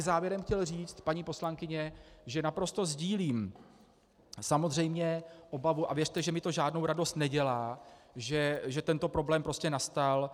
Závěrem bych chtěl říct, paní poslankyně, že naprosto sdílím samozřejmě obavu, a věřte, že mi to žádnou radost nedělá, že tento problém prostě nastal.